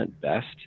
best